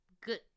good